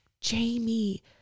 Jamie